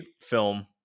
film